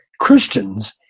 Christians